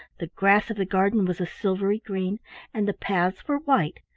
the grass of the garden was a silvery green and the paths were white.